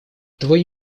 твой